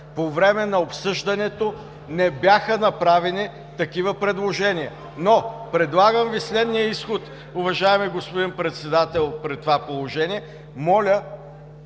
По време на обсъждането не бяха направени такива предложения. Предлагам Ви следния изход, уважаеми господин Председател, при това положение.